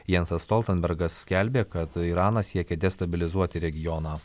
jansas stoltenbergas skelbė kad iranas siekia destabilizuoti regioną